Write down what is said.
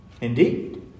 Indeed